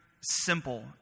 simple